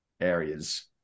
areas